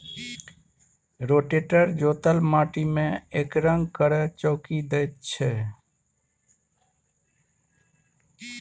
rotator जोतल माटि मे एकरंग कए चौकी दैत छै